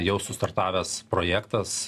jau sustartavęs projektas